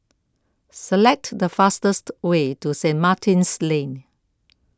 select the fastest way to Saint Martin's Lane